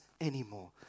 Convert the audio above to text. anymore